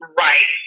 right